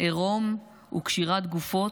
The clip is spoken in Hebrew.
עירום וקשירת גופות,